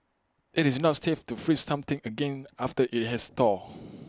IT is not safe to freeze something again after IT has thawed